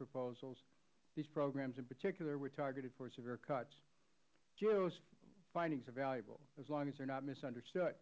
proposals these programs in particular were targeted for severe cuts gaos findings are valuable as long as they are not misunderstood